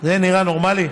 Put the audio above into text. זה נראה נורמלי?